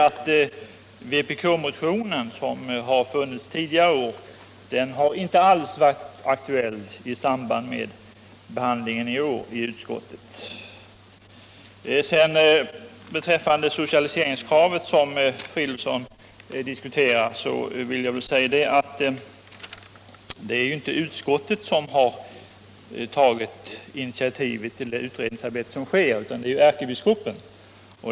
Den vpk-motion som vi haft till behandling tidigare har inte alls varit aktuell i samband med årets motioner. Vad beträffar socialiseringskravet som herr Fridolfsson talade om vill jag säga att det är inte utskottet som har tagit initiativet till det utredningsarbete som pågår, utan ärkebiskopen.